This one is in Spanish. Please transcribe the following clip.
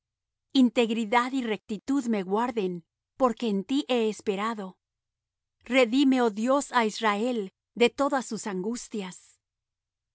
integridad y rectitud me guarden porque en ti he esperado redime oh dios á israel de todas sus angustias